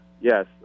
yes